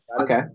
Okay